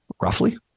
roughly